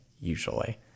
usually